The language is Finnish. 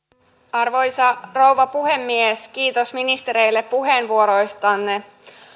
arvoisa rouva puhemies kiitos ministereille puheenvuoroista